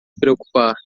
preocupar